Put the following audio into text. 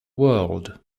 world